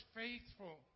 faithful